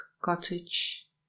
cottage